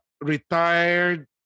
retired